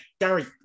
Gary